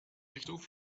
richtung